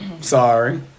Sorry